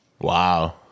Wow